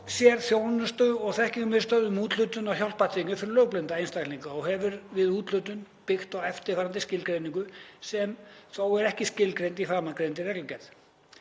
sér Þjónustu- og þekkingarmiðstöð um úthlutun á hjálpartækjum fyrir lögblinda einstaklinga og hefur við úthlutun byggt á eftirfarandi skilgreiningu, sem þó er ekki skilgreind í framangreindri reglugerð: